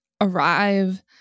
arrive